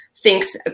thinks